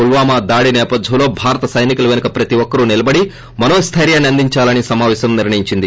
పుల్యామా దాడి నేపథ్యంలోభారత సైనికుల పెనుక ప్రతి ఒక్కరూ నిలబడి మనోస్లెర్వాన్ని అందిందాలని సమాపేశం నిర్ణయించింది